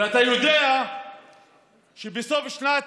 ואתה יודע שבסוף שנת